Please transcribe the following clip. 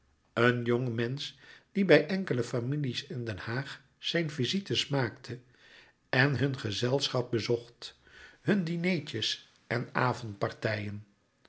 een jong mensch die bij enkele families in den haag zijn visites maakte en hun gezelschap bezocht hun dinertjes en